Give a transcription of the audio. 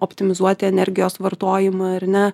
optimizuoti energijos vartojimą ar ne